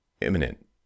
imminent